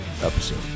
episode